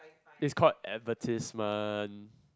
is called advertisement